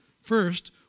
First